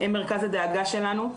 הם מרכז הדאגה שלנו.